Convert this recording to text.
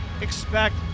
expect